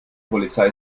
polizei